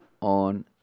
on